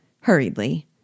hurriedly